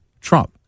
Trump